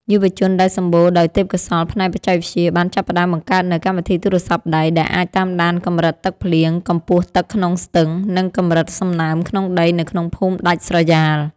យុវជនដែលសម្បូរដោយទេពកោសល្យផ្នែកបច្ចេកវិទ្យា បានចាប់ផ្ដើមបង្កើតនូវកម្មវិធីទូរស័ព្ទដៃ ដែលអាចតាមដានកម្រិតទឹកភ្លៀង កម្ពស់ទឹកក្នុងស្ទឹង និងកម្រិតសំណើមក្នុងដីនៅក្នុងភូមិដាច់ស្រយាល។